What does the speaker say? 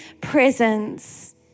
presence